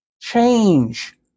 change